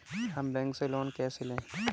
हम बैंक से लोन कैसे लें?